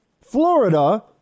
Florida